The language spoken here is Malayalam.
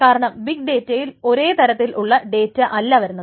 കാരണം ബിഗ് ഡേറ്റയിൽ ഒരേതരത്തിലുള്ള ഡേറ്റ അല്ല വരുന്നത്